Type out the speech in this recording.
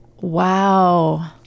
Wow